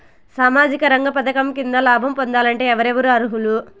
సామాజిక రంగ పథకం కింద లాభం పొందాలంటే ఎవరెవరు అర్హులు?